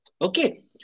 Okay